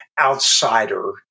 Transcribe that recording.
outsider